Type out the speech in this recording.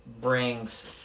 brings